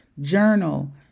journal